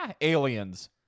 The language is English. aliens